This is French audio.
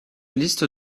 liste